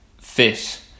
fit